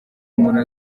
umuntu